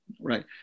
Right